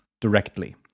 directly